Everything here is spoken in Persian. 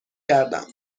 کردم